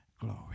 Glory